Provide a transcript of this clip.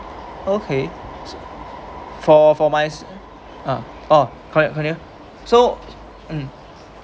okay for for my uh oh cont~ continue so mm